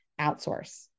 outsource